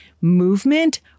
movement